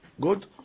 good